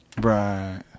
right